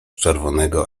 czerwonego